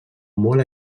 molt